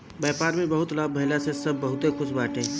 व्यापार में लाभ भइला से सब बहुते खुश बाटे